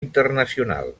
internacional